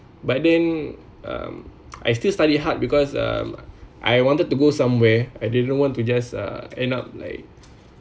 but then um I still study hard because um I wanted to go somewhere I didn't want to just uh end up like